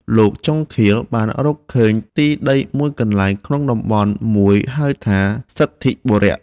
លោកជង្ឃាល បានរកឃើញទីដីមួយកន្លែងក្នុងតំបន់មួយហៅថា សិទ្ធិបុរៈ